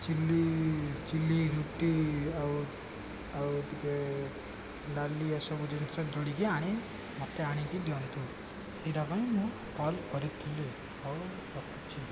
chilli ଚିଲି ରୁଟି ଆଉ ଆଉ ଟିକେ ଡାଲି ଏସବୁ ଜିନିଷ ଧଡ଼ିକି ଆଣି ମୋତେ ଆଣିକି ଦିଅନ୍ତୁ ସେଇଟା ପାଇଁ ମୁଁ କଲ୍ କରିଥିଲି ହଉ ରଖୁଛି